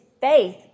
faith